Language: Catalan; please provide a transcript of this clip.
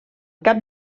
cap